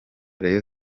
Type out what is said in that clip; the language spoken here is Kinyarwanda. rayon